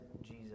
Jesus